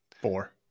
Four